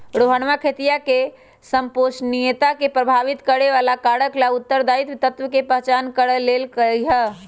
रोहनवा खेतीया में संपोषणीयता के प्रभावित करे वाला कारक ला उत्तरदायी तत्व के पहचान कर लेल कई है